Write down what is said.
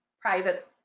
private